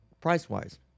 price-wise